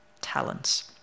talents